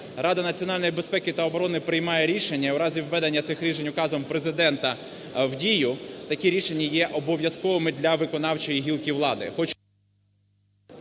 Рада національної безпеки та оборони приймає рішення, і в разі введення цих рішень указом Президента в дію такі рішення є обов'язковими для виконавчої гілки влади.